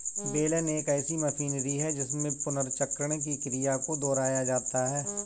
बेलन एक ऐसी मशीनरी है जिसमें पुनर्चक्रण की क्रिया को दोहराया जाता है